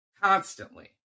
constantly